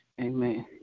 Amen